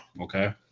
Okay